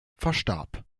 verstarb